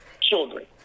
children